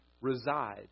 reside